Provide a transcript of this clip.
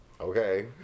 Okay